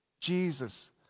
Jesus